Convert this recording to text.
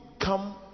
come